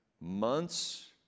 months